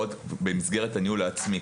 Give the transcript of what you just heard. עוד במסגרת הניהול העצמי,